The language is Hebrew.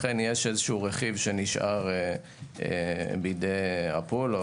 לכן יש רכיב שנשאר בידי הפול,